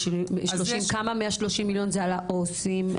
כמה מה-30 זה על העו"סים?